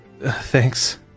Thanks